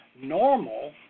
normal